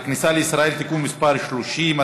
הכניסה לישראל (תיקון מס' 30),